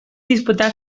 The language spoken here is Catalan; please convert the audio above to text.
disputar